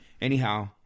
Anyhow